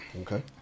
Okay